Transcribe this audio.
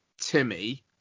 Timmy